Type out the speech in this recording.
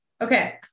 Okay